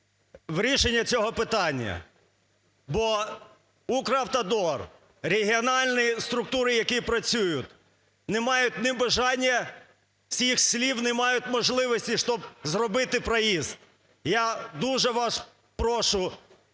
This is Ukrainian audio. рішення цього питання. Бо "Укравтодор", регіональні структури, які працюють, не мають ні бажання, з їх слів, не мають можливості, щоб зробити проїзд. Я дуже вас прошу,